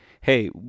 hey